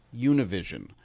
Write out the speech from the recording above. Univision